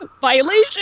violation